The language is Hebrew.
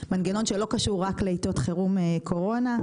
שלא קשור רק לעיתות חירום קורונה.